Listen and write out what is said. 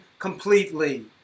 Completely